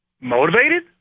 motivated